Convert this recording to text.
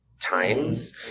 times